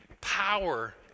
power